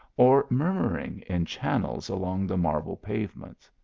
or murmur ing in channels along the marble pavements.